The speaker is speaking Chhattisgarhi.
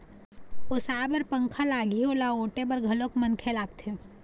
ओसाय बर पंखा लागही, ओला ओटे बर घलोक मनखे लागथे